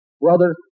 brother